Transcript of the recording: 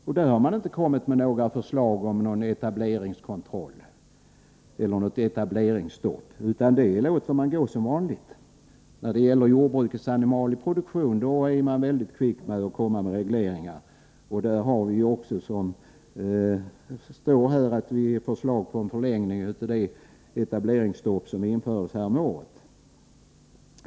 Men där har man inte kommit med några förslag till någon etableringskontroll eller något etableringsstopp, utan där låter man det gå som vanligt. För jordbrukets animalieproduktion är man däremot kvick med att komma med regleringar. Där föreslås, som det står, en förlängning av det etableringsstopp som införts häromåret.